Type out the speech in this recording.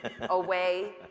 away